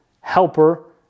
helper